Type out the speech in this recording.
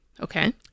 Okay